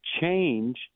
change